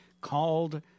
called